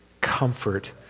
comfort